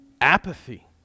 apathy